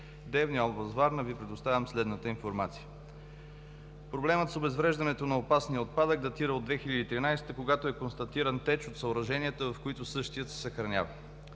Девня, област Варна, Ви предоставям следната информация. Проблемът с обезвреждането на опасния отпадък датира от 2013 г., когато е констатиран теч от съоръженията, в които същият се съхранява.